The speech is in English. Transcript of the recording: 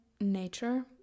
nature